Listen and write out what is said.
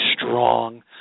strong